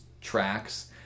tracks